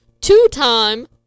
two-time